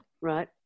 Right